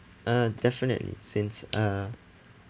uh definitely since uh